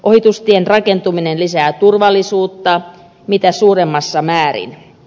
ohitustien rakentuminen lisää turvallisuutta mitä suurimmassa määrin